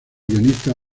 guionistas